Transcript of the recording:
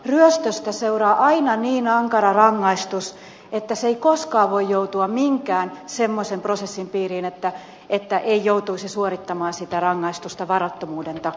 ryöstöstä seuraa aina niin ankara rangaistus että se ei koskaan voi joutua minkään semmoisen prosessin piiriin että ei joutuisi suorittamaan sitä rangaistusta varattomuuden takia